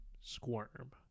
squirm